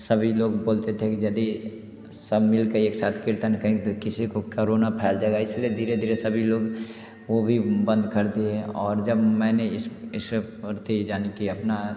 सभी लोग बोलते थे कि जदि सब मिलके एक साथ कीर्तन करेंगे त किसी को करोना फैल जाएगा इसलिए धीरे धीरे सभी लोग वो भी बंद कर दिए और जब मैंने इसके प्रति यानि कि अपना